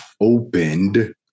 opened